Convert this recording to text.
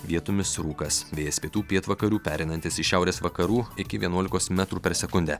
vietomis rūkas vėjas pietų pietvakarių pereinantis į šiaurės vakarų iki vienuolikos metrų per sekundę